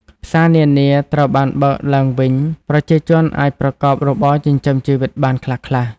ផ្សារនានាត្រូវបានបើកឡើងវិញ ប្រជាជនអាចប្រកបរបរចិញ្ចឹមជីវិតបានខ្លះៗ។